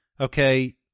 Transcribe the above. okay